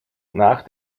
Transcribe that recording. nach